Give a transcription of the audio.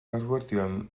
arwyddion